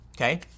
okay